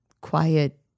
quiet